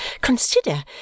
Consider